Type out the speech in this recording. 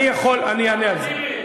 אני אענה על זה.